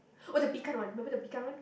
orh the pickle one remember the pickle one